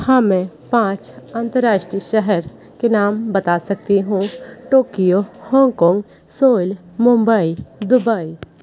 हाँ मैं पाँच अंतरराष्ट्रीय शहर के नाम बता सकती हूँ Tokyo Hong Kong Seoul Mumbai Dubai